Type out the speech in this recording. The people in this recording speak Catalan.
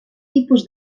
tipus